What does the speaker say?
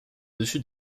dessus